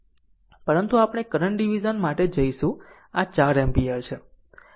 પરંતુ આપણે current division માટે જઈશું અને આ 4 એમ્પીયર છે